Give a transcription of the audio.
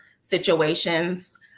situations